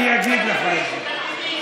אני אגיד לך את זה.